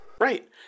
Right